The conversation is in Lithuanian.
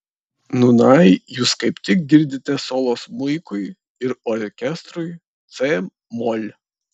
nūnai jūs kaip tik girdite solo smuikui ir orkestrui c mol